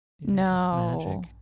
no